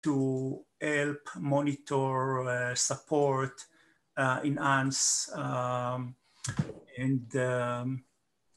To help, monitor, support, enhance and